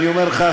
אני אומר לך,